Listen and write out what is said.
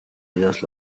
ríos